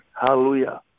Hallelujah